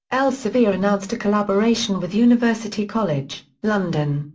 elsevier announced a collaboration with university college, london,